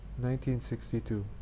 1962